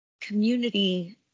community